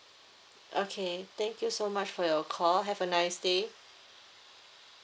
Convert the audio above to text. okay thank you so much for your call have a nice day